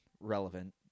relevant